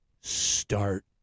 start